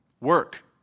work